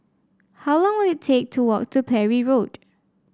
how long will it take to walk to Parry Road